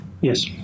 Yes